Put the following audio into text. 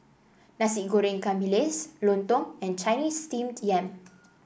Nasi Goreng Ikan Bilis lontong and Chinese Steamed Yam